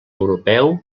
europeu